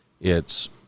it's-